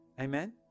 Amen